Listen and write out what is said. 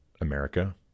America